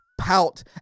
pout